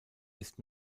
ist